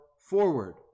forward